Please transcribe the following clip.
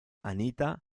anita